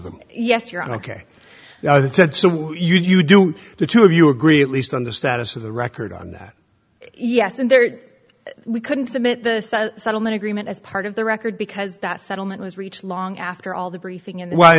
them yes you're ok now that said so you do the two of you agree at least on the status of the record on that yes and there we couldn't submit the so settlement agreement as part of the record because that settlement was reached long after all the briefing and wh